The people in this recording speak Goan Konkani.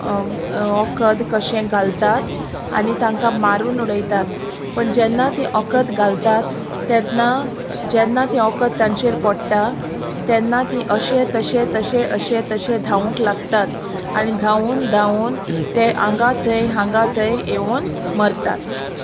वखद कशें घालतात आनी तांकां मारून उडयतात पण जेन्ना ती वखद घालतात तेन्ना जेन्ना ती वखद तांचेर पडटा तेन्ना तीं अशें तशें तशें अशें तशें धांवूंक लागतात आनी धांवून धांवून ते हांगां थंय हांगां थंय येवन मरतात